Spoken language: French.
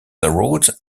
road